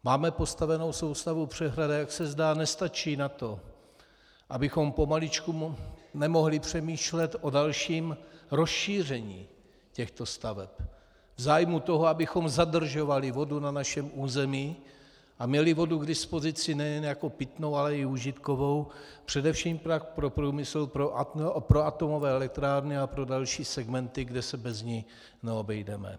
Máme postavenou soustavu přehrad, a jak se zdá, nestačí na to, abychom pomaličku nemohli přemýšlet o dalším rozšíření těchto staveb v zájmu toho, abychom zadržovali vodu na našem území a měli vodu k dispozici nejen jako pitnou, ale i užitkovou, především pak pro průmysl, pro atomové elektrárny a pro další segmenty, kde se bez ní neobejdeme.